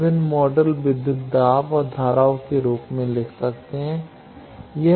हम कि विभिन्न मोडल विद्युत दाब और धाराओं के रूप में लिख सकते हैं